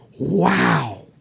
Wow